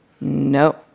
No